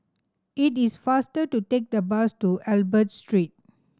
it is faster to take the bus to Albert Street